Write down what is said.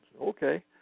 Okay